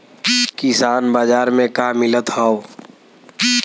किसान बाजार मे का मिलत हव?